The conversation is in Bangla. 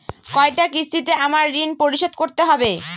কয়টা কিস্তিতে আমাকে ঋণ পরিশোধ করতে হবে?